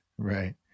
Right